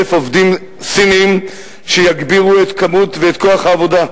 עובדים סינים שיגבירו את כוח העבודה.